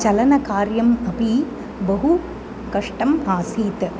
चलनकार्यम् अपि बहु कष्टम् आसीत्